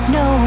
no